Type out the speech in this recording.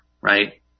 right